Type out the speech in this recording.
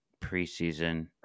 preseason